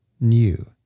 new